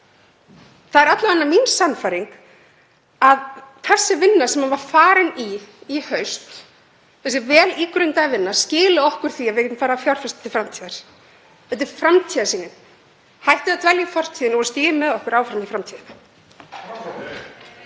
Það er alla vega mín sannfæring að sú vinna sem farið var í í haust, sú vel ígrundaða vinna, skili okkur því að við getum farið að fjárfesta til framtíðar. Þetta er framtíðarsýnin. Hættið að dvelja í fortíðinni og stígið með okkur inn í framtíðina.